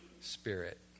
Spirit